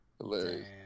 Hilarious